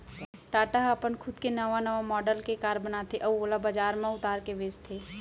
टाटा ह अपन खुद के नवा नवा मॉडल के कार बनाथे अउ ओला बजार म उतार के बेचथे